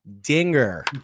dinger